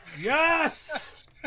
Yes